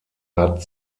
hat